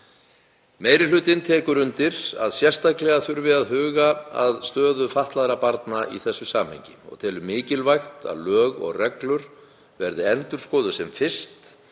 Meiri hlutinn tekur undir að sérstaklega þurfi að huga að stöðu fatlaðra barna í þessu samhengi og telur mikilvægt að lög og reglur verði endurskoðuð sem fyrst,